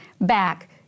back